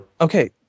Okay